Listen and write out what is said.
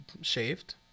shaved